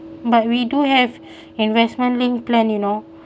but we do have investment linked plan you know